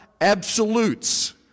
absolutes